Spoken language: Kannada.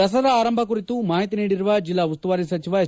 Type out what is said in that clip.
ದಸರಾ ಆರಂಭ ಕುರಿತು ಮಾಹಿತಿ ನೀಡಿರುವ ಜಿಲ್ಲಾ ಉಸ್ತುವಾರಿ ಸಚಿವ ಎಸ್